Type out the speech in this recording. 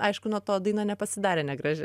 aišku nuo to daina nepasidarė negraži